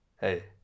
Hey